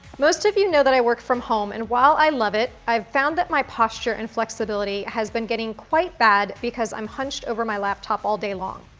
most of you know that i work from home and while i love it, i've found that my posture and flexibility has been getting quite bad because i'm hunched over my laptop all day long.